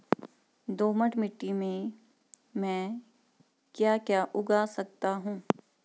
दोमट मिट्टी में म ैं क्या क्या उगा सकता हूँ?